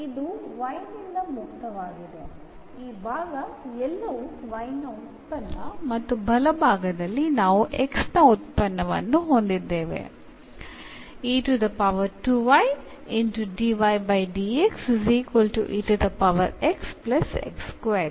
അതിനാൽ ഇവിടെ നമുക്ക് യുടെ മാത്രം ഫങ്ക്ഷനും വലതുവശത്ത് ന്റെ മാത്രം ഫങ്ക്ഷനും ആവുന്നു